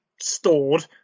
stored